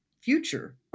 future